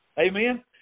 Amen